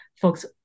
folks